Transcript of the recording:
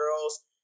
girls